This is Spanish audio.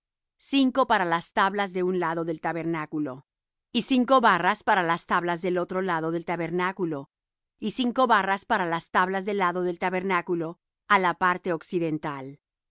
sittim para las tablas del un lado del tabernáculo y cinco barras para las tablas del otro lado del tabernáculo y cinco barras para el otro lado del tabernáculo que está al occidente